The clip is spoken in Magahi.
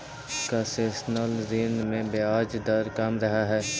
कंसेशनल ऋण में ब्याज दर कम रहऽ हइ